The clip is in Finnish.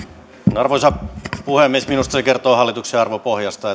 arvoisa puhemies minusta se kertoo hallituksen arvopohjasta